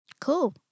Cool